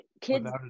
kids